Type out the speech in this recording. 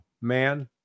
man